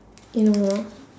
you know law